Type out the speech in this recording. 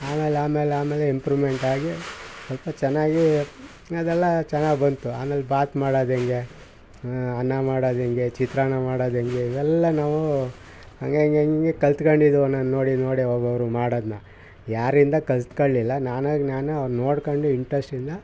ಆಮೇಲೆ ಆಮೇಲೆ ಆಮೇಲೆ ಇಂಪ್ರೂವ್ಮೆಂಟ್ ಆಗಿ ಸ್ವಲ್ಪ ಚೆನ್ನಾಗಿ ಅದೆಲ್ಲ ಚೆನ್ನಾಗಿ ಬಂತು ಆಮೇಲೆ ಬಾತ್ ಮಾಡದು ಹೆಂಗೆ ಅನ್ನ ಮಾಡೋದು ಹೆಂಗೆ ಚಿತ್ರಾನ್ನ ಮಾಡೋದು ಹೆಂಗೆ ಇವೆಲ್ಲ ನಾವು ಹಂಗೆ ಹಂಗೆ ಹಾಗೆ ಕಲ್ತ್ಕಂಡು ಇದ್ವಿ ನನ್ನ ನೋಡಿ ನೋಡಿ ಒಬೊಬ್ರು ಮಾಡೋದನ್ನ ಯಾರಿಂದ ಕಲ್ತ್ಕೊಳ್ಳಿಲ್ಲ ನಾನಾಗಿ ನಾನು ಅವ್ರ್ನ ನೋಡಿಕೊಂಡು ಇಂಟ್ರೆಸ್ಟಿಂದ